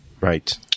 Right